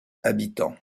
habitants